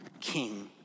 king